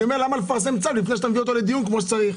אני אומר: למה לפרסם צו לפני שאתה מביא לדיון כמו שצריך?